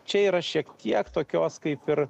čia yra šiek kiek tokios kaip ir